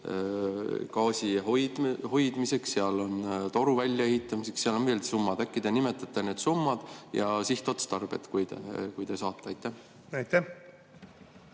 gaasi hoidmiseks, toru väljaehitamiseks, seal on veel summasid. Äkki te nimetate need summad ja nende sihtotstarbe, kui te saate? Aitäh,